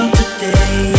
today